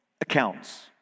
accounts